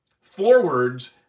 forwards